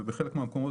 ובחלק מהמקומות,